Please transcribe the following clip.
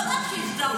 לא רק שהזדהו,